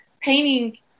painting